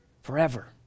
forever